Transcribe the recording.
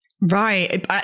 right